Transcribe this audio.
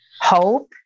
hope